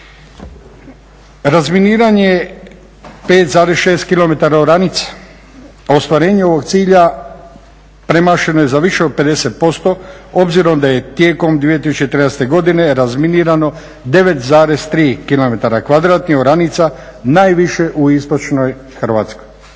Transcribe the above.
Razminiranje 5,6 km oranica, ostvarenje ovog cilja premašeno je za više od 50% obzirom da je tijekom 2013.godine razminirano 9,2 km kvaratnih oranica, najviše u istočnoj Hrvatskoj.